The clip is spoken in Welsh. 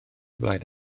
blaid